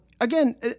again